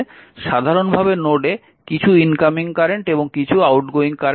সাধারণভাবে নোডে কিছু ইনকামিং কারেন্ট এবং কিছু আউটগোয়িং কারেন্ট থাকে